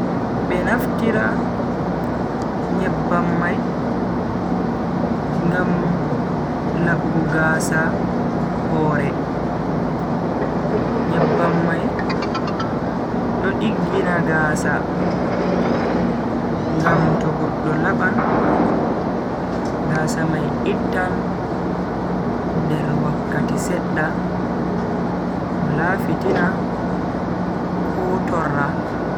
Be naftira nyambban mai ngam labugo gaasa hore. nyebbam mai do diggina gaasa ngam to goddo laban gaasa mai ittan nder wakkati sedda wala fitina ko torra.